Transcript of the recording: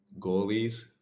goalies